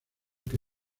que